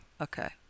Okay